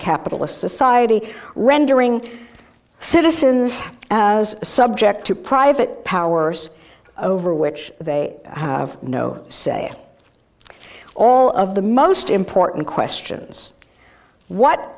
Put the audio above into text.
capitalist society rendering citizens as subject to private powers over which they have no say all of the most important